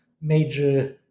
major